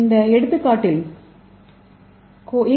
இந்த எடுத்துக்காட்டில் ஈ